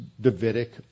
Davidic